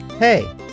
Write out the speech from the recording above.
Hey